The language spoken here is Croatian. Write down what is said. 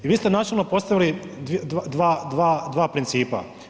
I vi ste načelno postavili dva principa.